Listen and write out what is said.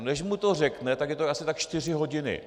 Než mu to řekne, tak je to asi tak čtyři hodiny.